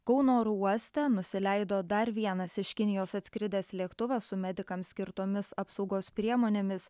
kauno oro uoste nusileido dar vienas iš kinijos atskridęs lėktuvas su medikam skirtomis apsaugos priemonėmis